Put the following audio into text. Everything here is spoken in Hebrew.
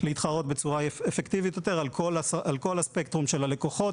להתחרות בצורה אפקטיבית יותר על כל הספקטרום של הלווים,